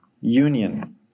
union